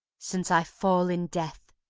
since i fall in death,